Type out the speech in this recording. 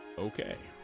ok